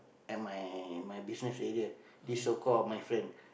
at my my business area this so call my friend